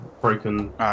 broken